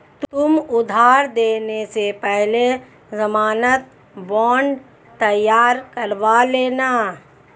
तुम उधार देने से पहले ज़मानत बॉन्ड तैयार करवा लेना